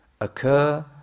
occur